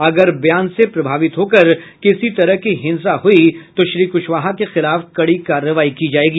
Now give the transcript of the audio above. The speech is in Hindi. अगर बयान से प्रभावित होकर किसी तरह की हिंसा हुई तो श्री कुशवाहा के खिलाफ कड़ी कार्रवाई की जाएगी